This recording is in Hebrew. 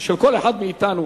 של כל אחד מאתנו,